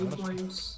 points